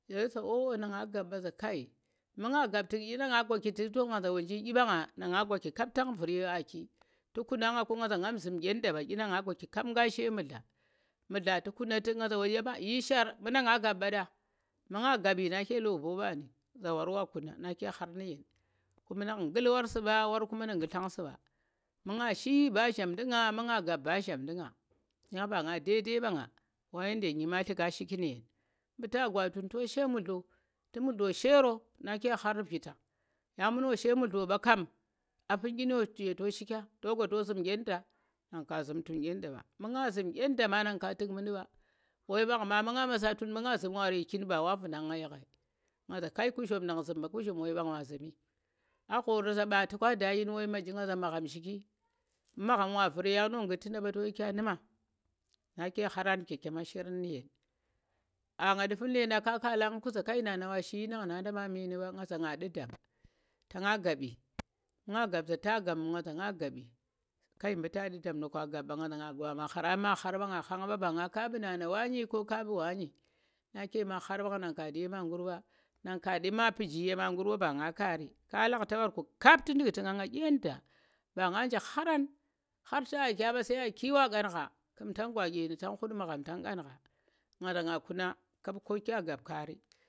﻿